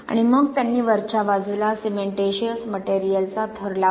आणि मग त्यांनी वरच्या बाजूला सिमेंटिशिअस मटेरियलचा थर लावला